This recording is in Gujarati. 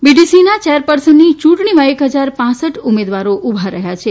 બીડીસીના ચેર પર્સનની ચુંટણીમાં એક ફજાર કપ ઉમેદવારો ઉભા રહયાં છે